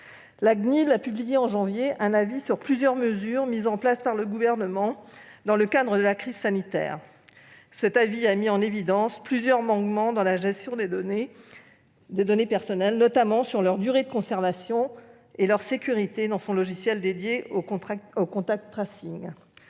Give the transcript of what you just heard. La CNIL a publié en janvier un avis sur plusieurs mesures mises en place par le Gouvernement dans le cadre de la crise sanitaire. Cet avis a mis en évidence plusieurs manquements dans la gestion des données personnelles, notamment sur leur durée de conservation et leur sécurité dans le logiciel de. Pour la